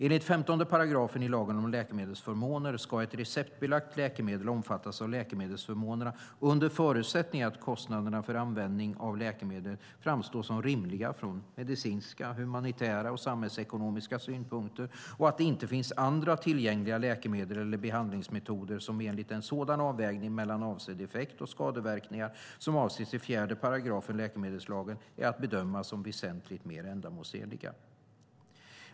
Enligt 15 § lagen om läkemedelsförmåner ska ett receptbelagt läkemedel omfattas av läkemedelsförmånerna under förutsättning att kostnaderna för användning av läkemedlet framstår som rimliga från medicinska, humanitära och samhällsekonomiska synpunkter och att det inte finns andra tillgängliga läkemedel eller behandlingsmetoder som enligt en sådan avvägning mellan avsedd effekt och skadeverkningar som avses i 4 § läkemedelslagen är att bedöma som väsentligt mer ändamålsenliga.